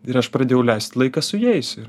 ir aš pradėjau leisti laiką su jais ir